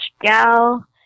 Gal